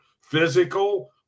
physical